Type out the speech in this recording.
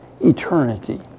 eternity